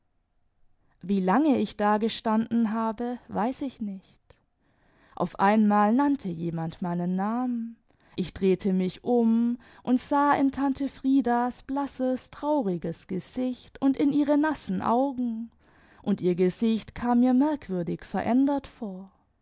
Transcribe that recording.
wie lange ich dagestanden habe weiß ich nicht auf einmal nannte jemand meinen namen ich drehte mich um und sah in tante friedas blasses trauriges gesicht und in ihre nassen augen und ihr gesicht kam mir merkwürdig verändert vor